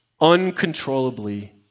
uncontrollably